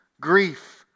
grief